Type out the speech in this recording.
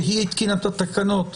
שהיא התקינה את התקנות,